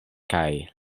kaj